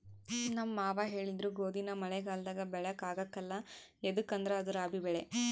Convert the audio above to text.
ನಮ್ ಮಾವ ಹೇಳಿದ್ರು ಗೋದಿನ ಮಳೆಗಾಲದಾಗ ಬೆಳ್ಯಾಕ ಆಗ್ಕಲ್ಲ ಯದುಕಂದ್ರ ಅದು ರಾಬಿ ಬೆಳೆ